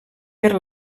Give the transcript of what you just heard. per